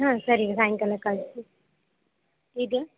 ಹಾಂ ಸರಿ ಸಾಯಂಕಾಲ ಕಳಿಸ್ತೀವಿ ಇದು